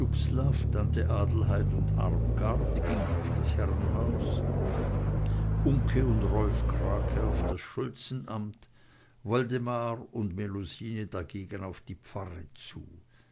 gingen auf das herrenhaus uncke und rolf krake auf das schulzenamt woldemar und melusine dagegen auf die pfarre zu